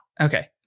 Okay